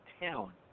town